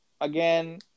Again